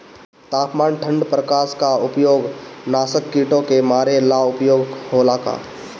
तापमान ठण्ड प्रकास का उपयोग नाशक कीटो के मारे ला उपयोग होला का?